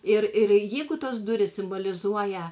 ir ir jeigu tos durys simbolizuoja